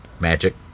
Magic